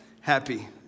happy